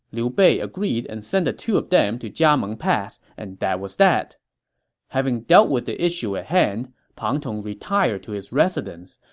liu bei agreed and sent the two of them to jiameng pass, and that was that having dealt with the issue at hand, pang tong retired to his residence,